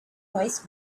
waste